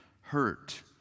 hurt